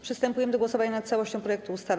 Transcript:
Przystępujemy do głosowania nad całością projektu ustawy.